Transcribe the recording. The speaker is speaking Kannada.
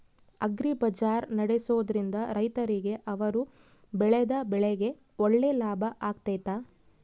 ಅಗ್ರಿ ಬಜಾರ್ ನಡೆಸ್ದೊರಿಂದ ರೈತರಿಗೆ ಅವರು ಬೆಳೆದ ಬೆಳೆಗೆ ಒಳ್ಳೆ ಲಾಭ ಆಗ್ತೈತಾ?